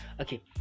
okay